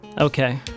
Okay